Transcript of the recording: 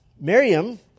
Miriam